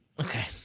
Okay